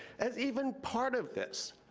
is even part of this.